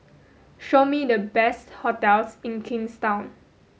show me the best hotels in Kingstown